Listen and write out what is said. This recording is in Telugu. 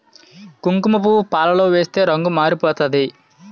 కుంకుమపువ్వు పాలలో ఏస్తే రంగు మారిపోతాది